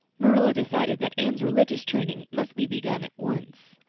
marilla decided that anne's religious training must be begun at once.